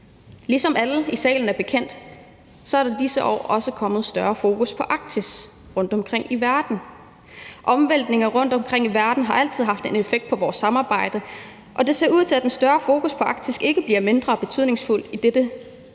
er alle i salen bekendt, er der i disse år også kommet et større fokus på Arktis rundtomkring i verden. Omvæltninger rundtomkring i verden har altid haft en effekt på vores samarbejde, og det ser ud til, at det større fokus på Arktis ikke gør samarbejdet mindre betydningsfuldt. Der er